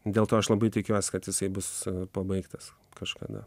dėl to aš labai tikiuosi kad jisai bus pabaigtas kažkada